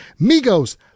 Migos